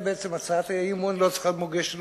בעצם הצעת האי-אמון לא צריכה להיות מוגשת,